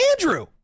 Andrew